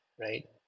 right